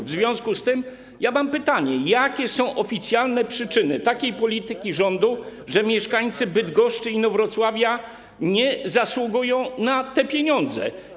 W związku z tym mam pytanie: Jakie są oficjalne przyczyny takiej polityki rządu, że mieszkańcy Bydgoszczy, Inowrocławia nie zasługują na te pieniądze?